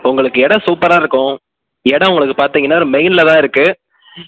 உங்களுக்கு இடம் சூப்பராக இருக்கும் இடம் உங்களுக்கு பார்த்திங்கனா மெயின்ல தான் இருக்கு